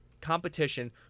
competition